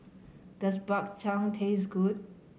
does Bak Chang taste good